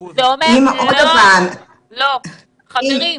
חברים,